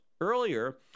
earlier—